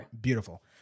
beautiful